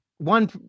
one